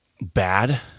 bad